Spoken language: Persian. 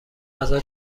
غذا